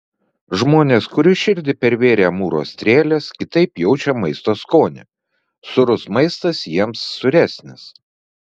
žmonės kurių širdį pervėrė amūro strėlės kitaip jaučią maisto skonį sūrus maistas jiems sūresnis